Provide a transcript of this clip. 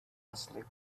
asleep